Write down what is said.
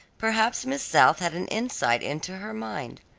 perhaps miss south had an insight into her mind.